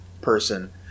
person